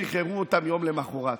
שחררו אותם יום למוחרת.